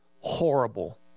horrible